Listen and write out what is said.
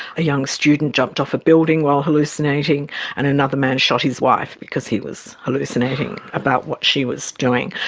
a young student jumped off a building while hallucinating and another man shot his wife because he was hallucinating about what she was doing.